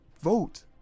Vote